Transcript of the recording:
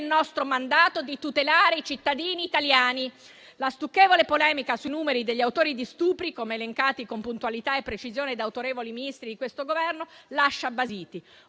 il nostro mandato di tutelare i cittadini italiani. La stucchevole polemica sui numeri degli autori di stupri, come elencati con puntualità e precisione da autorevoli Ministri di questo Governo, lascia basiti: